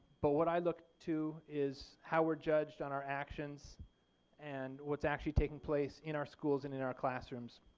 but what i look to is how we are judged on our actions and what is actually taking place in our schools and in our classrooms.